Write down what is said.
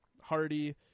hardy